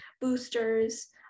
boosters